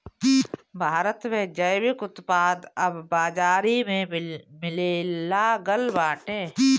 भारत में जैविक उत्पाद अब बाजारी में मिलेलागल बाटे